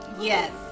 Yes